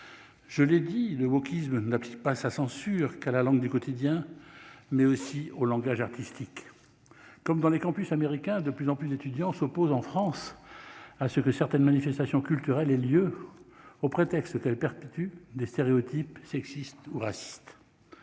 je l'ai dit, le wokisme n'accepte pas sa censure qu'à la langue du quotidien, mais aussi au langage artistique comme dans les Campus américain de plus en plus d'étudiants se posent en France à ce que certaines manifestations culturelles et lieu, au prétexte qu'elle perpétue des stéréotypes sexistes ou racistes